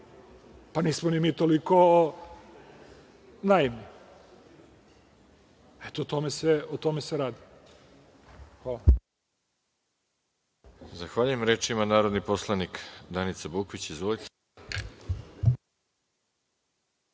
Pa, nismo ni mi toliko naivni. Eto, o tome se radi.